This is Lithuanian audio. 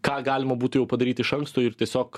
ką galima būtų jau padaryt iš anksto ir tiesiog